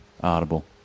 audible